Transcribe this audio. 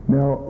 Now